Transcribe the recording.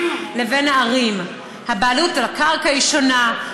לבין הערים: הבעלות על הקרקע היא שונה,